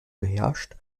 beherrscht